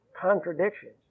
contradictions